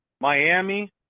Miami